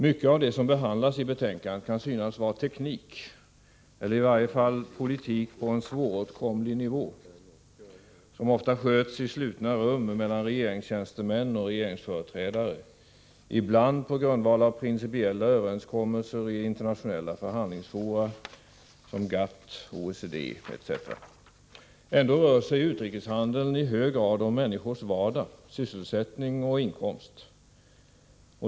Mycket av det som behandlas i betänkandet kan synas vara teknik eller i varje fall politik på en svåråtkomlig nivå, som ofta sköts i slutna rum mellan regeringstjänstemän och regeringsföreträdare, ibland på grundval av principiella överenskommelser i internationella förhandlingsfora, som GATT, OECD, etc. Ändå rör sig utrikeshandeln i hög grad om människors vardag, sysselsättning och inkomst.